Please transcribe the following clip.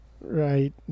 right